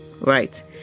right